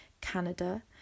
Canada